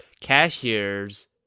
cashiers